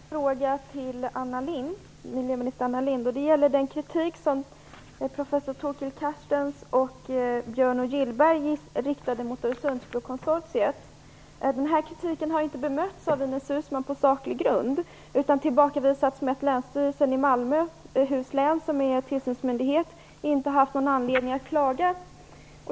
Herr talman! Jag har en fråga till miljöminister Anna Lindh. Den gäller den kritik som professor Torkild Carstens och Björn Gillberg riktade mot Öresundsbrokonsortiet. Den här kritiken har inte bemötts av Ines Uusmann på saklig grund utan tillbakavisats med att Länsstyrelsen i Malmöhus län, som är tillsynsmyndighet, inte har haft någon anledning att klaga.